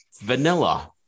vanilla